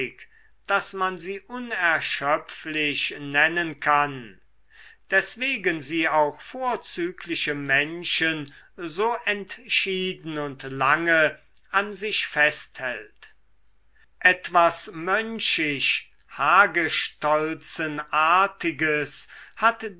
daß man sie unerschöpflich nennen kann deswegen sie auch vorzügliche menschen so entschieden und lange an sich festhält etwas mönchisch hagestolzenartiges hat